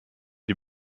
die